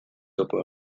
topo